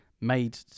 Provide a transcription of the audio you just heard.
made